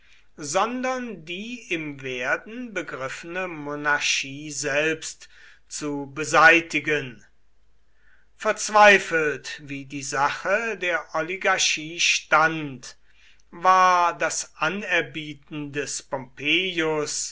sondern die im werden begriffene monarchie selbst zu beseitigen verzweifelt wie die sache der oligarchie stand war das anerbieten des